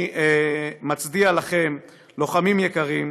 אני מצדיע לכם, לוחמים יקרים.